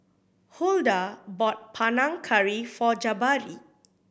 Huldah bought Panang Curry for Jabari